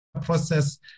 process